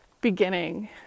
beginning